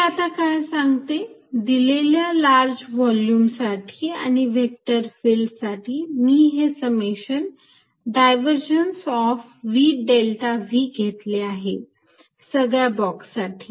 ते आता काय सांगतो दिलेल्या लार्ज व्हॉल्युमसाठी आणि व्हेक्टर फिल्ड साठी मी हे summation divergence of v delta v घेतले आहे सगळ्या बॉक्स साठी